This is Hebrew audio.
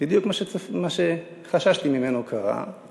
בדיוק מה שחששתי ממנו קרה.